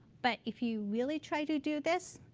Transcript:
but if you really try to do this,